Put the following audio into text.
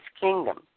kingdom